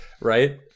Right